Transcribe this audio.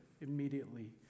immediately